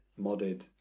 modded